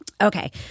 Okay